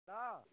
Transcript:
तऽ